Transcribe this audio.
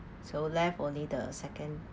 so left only the second